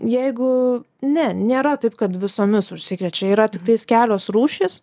jeigu ne nėra taip kad visomis užsikrečia yra tiktais kelios rūšys